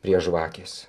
prie žvakės